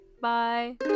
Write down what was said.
Bye